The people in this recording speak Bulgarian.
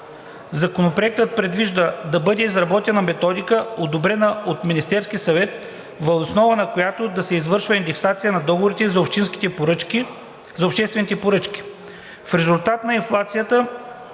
Законопроектът предвижда да бъде изработена методика, одобрена от Министерския съвет, въз основа на която да се извършва индексация на договорите за обществени поръчки. В резултат на инфлацията